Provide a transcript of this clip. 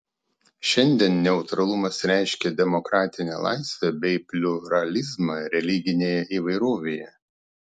šiandien neutralumas reiškia demokratinę laisvę bei pliuralizmą religinėje įvairovėje